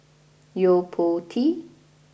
Yo Po Tee